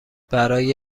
برای